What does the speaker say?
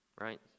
Right